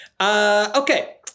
Okay